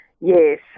yes